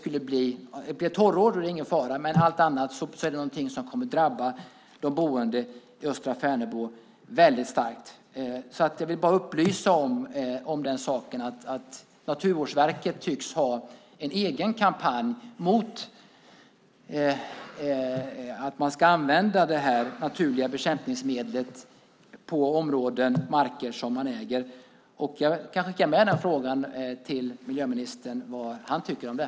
Om det blir torrår är det ingen fara, men annars är det någonting som kommer att drabba de boende i Österfärnebo starkt. Jag vill upplysa om att Naturvårdsverket tycks ha en egen kampanj mot att man ska använda det här naturliga bekämpningsmedlet i områden som man äger. Vad tycker miljöministern om det?